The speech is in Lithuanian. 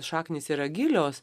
šaknys yra gilios